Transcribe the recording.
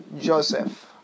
Joseph